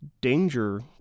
danger